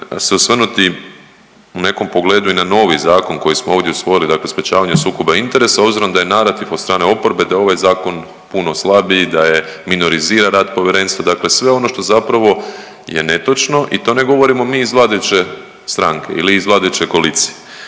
se osvrnuti u nekom pogledu i na novi zakon koji smo ovdje usvojili dakle sprečavanje sukoba interesa obzirom da je narativ od strane oporbe da je ovaj zakon puno slabiji, da minorizira rad povjerenstva dakle sve ono što zapravo je netočno i to ne govorimo mi iz vladajuće stranke ili iz vladajuće koalicije.